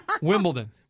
Wimbledon